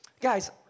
Guys